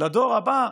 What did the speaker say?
לדור הבא,